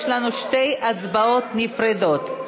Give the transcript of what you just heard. יש לנו שתי הצבעות נפרדות.